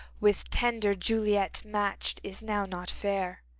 with tender juliet match'd, is now not fair.